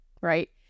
Right